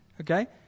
okay